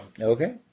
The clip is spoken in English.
Okay